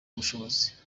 ubushobozi